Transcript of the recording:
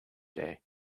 day